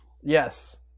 yes